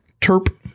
Terp